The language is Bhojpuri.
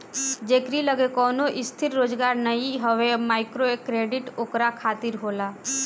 जेकरी लगे कवनो स्थिर रोजगार नाइ हवे माइक्रोक्रेडिट ओकरा खातिर होला